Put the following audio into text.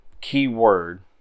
keyword